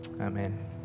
Amen